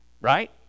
right